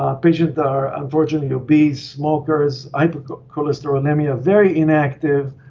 ah patient are unfortunately obese, smokers, hypercholesterolemia, very inactive,